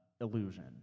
illusion